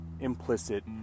implicit